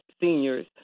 seniors